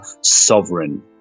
Sovereign